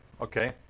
Okay